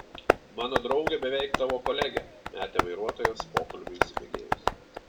mano draugė beveik tavo kolegė metė vairuotojas pokalbiui įsibėgėjus